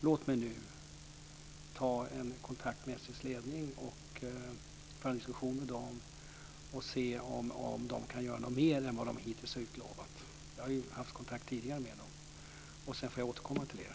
Låt mig nu ta en kontakt med SJ:s ledning, föra en diskussion med dem och se om de kan göra någonting mer än vad de hittills har utlovat. Jag har haft kontakt tidigare med dem. Sedan får jag återkomma till er.